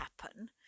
happen